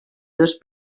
dos